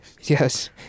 Yes